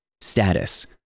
Status